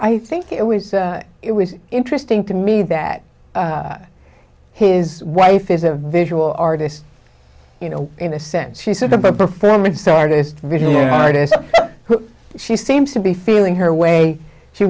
i think it was it was interesting to me that his wife is a visual artist you know in a sense she said the performance artist visual artist she seems to be feeling her way she